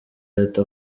leta